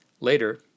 Later